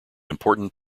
important